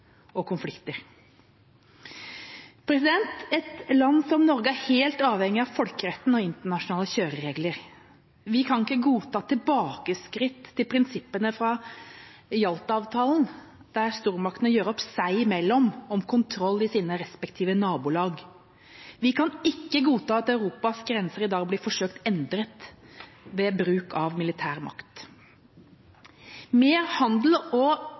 og konflikter. Et land som Norge er helt avhengig av folkeretten og internasjonale kjøreregler. Vi kan ikke godta tilbakeskritt til prinsippene fra Jalta-avtalen, der stormaktene gjør opp seg imellom om kontroll i sine respektive nabolag. Vi kan ikke godta at Europas grenser i dag blir forsøkt endret ved bruk av militær makt. Mer handel og